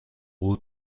aux